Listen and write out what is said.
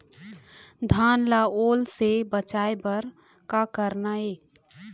धान ला ओल से बचाए बर का करना ये?